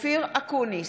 אופיר אקוניס,